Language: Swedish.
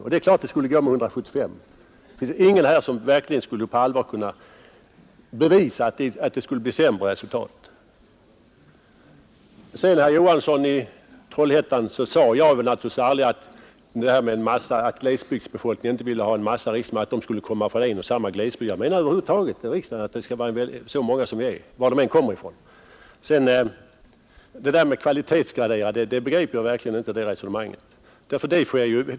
Och det är klart att det skulle gå att ha 175; det finns ingen här som kan bevisa att det skulle ge ett sämre resultat. Jag sade aldrig, herr Johansson i Trollhättan, att glesbygdsbefolkningen inte vill ha en massa riksdagsmän från en och samma glesbygd. Jag menar att man allmänt anser att det är onödigt med så många riksdagsmän som vi nu har, varifrån de än kommer. Resonemanget om kvalitetsgradering begrep jag verkligen inte.